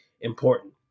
important